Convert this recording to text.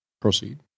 Proceed